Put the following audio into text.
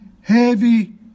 heavy